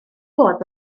bod